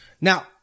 Now